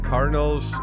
Cardinals